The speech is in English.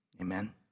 Amen